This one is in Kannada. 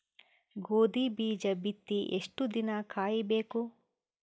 ಗೋಧಿ ಬೀಜ ಬಿತ್ತಿ ಎಷ್ಟು ದಿನ ಕಾಯಿಬೇಕು?